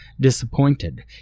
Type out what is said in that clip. Disappointed